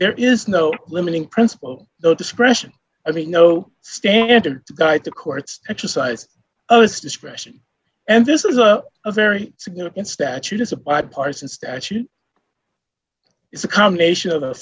there is no limiting principle the discretion i mean no standard to guide the court's exercise of his discretion and this is a a very significant statute is a bipartisan statute it's a combination of